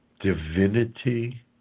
divinity